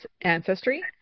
ancestry